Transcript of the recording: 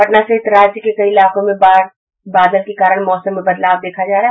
पटना सहित राज्य के कई इलाकों में बादल के कारण मौसम में बदलाव देखा जा रहा है